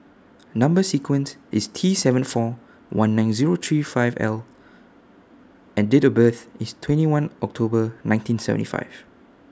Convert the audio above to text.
Number sequence IS T seven four one nine Zero three five L and Date of birth IS twenty one October nineteen seventy five